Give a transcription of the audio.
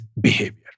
behavior